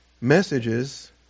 messages